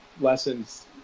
lessons